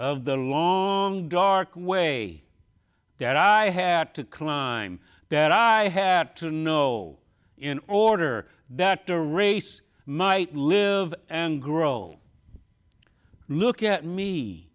of the long dark way that i had to climb that i had to know in order that a race might live and grow old look at me